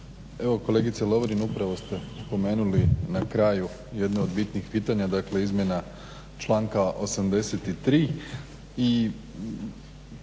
Evo kolegice Lovrin upravo ste spomenuli na kraju jedno od bitnih pitanja, dakle izmjena članka 83.